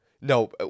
No